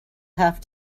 have